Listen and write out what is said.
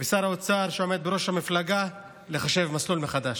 ולשר האוצר שעומד בראשה כדי לחשב מסלול מחדש.